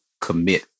commit